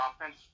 offense